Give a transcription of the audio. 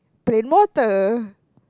plain water